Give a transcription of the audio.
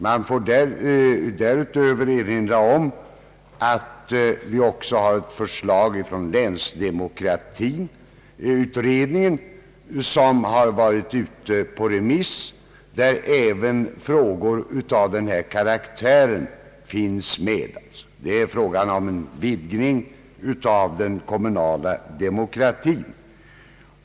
Man får därutöver erinra om att vi också har ett förslag från länsdemokratiutredningen, vilket varit ute på remiss och i vilket även frågor av denna karaktär finns med. Det är bl.a. fråga om en utvidgning av den kommunala demokratin.